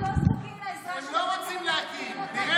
אנחנו לא זקוקים לעזרה שלכם להקים אותה, והיא